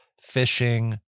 fishing